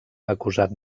acusat